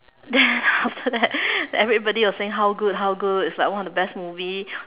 then after that everybody was saying like how good how good it's like one of the best movie